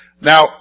Now